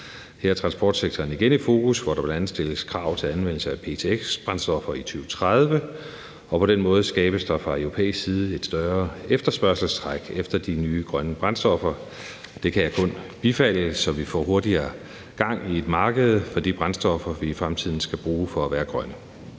Her er transportsektoren igen i fokus, hvor der bl.a. stilles krav til anvendelse af ptx-brændstoffer i 2030. På den måde skabes der fra europæisk side et større efterspørgselstræk efter de nye grønne brændstoffer. Det kan jeg kun bifalde, så vi får hurtigere gang i et marked for de brændstoffer, vi i fremtiden skal bruge for at være grønne.